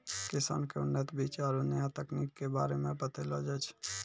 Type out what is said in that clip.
किसान क उन्नत बीज आरु नया तकनीक कॅ बारे मे बतैलो जाय छै